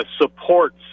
supports